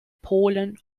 polen